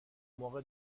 موقع